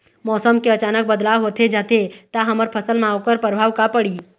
मौसम के अचानक बदलाव होथे जाथे ता हमर फसल मा ओकर परभाव का पढ़ी?